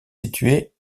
situé